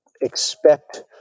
expect